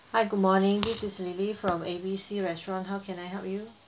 hi good morning this is lily from A B C restaurant how can I help you